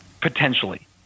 potentially